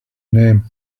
name